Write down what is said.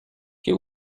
que